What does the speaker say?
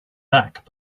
back